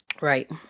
right